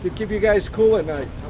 to keep you guys cool at night.